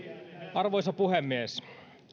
arvoisa puhemies